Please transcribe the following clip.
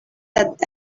that